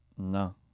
No